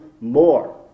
more